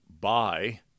buy